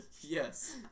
Yes